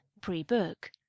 Pre-book